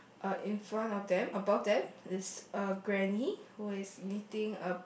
uh in front of them above them is a granny who is knitting a